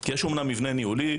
כי יש אמנם מבנה ניהולי,